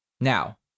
Now